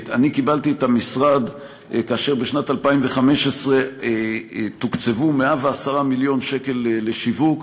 אני קיבלתי את המשרד כאשר בשנת 2015 תוקצבו 110 מיליון שקל לשיווק,